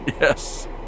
Yes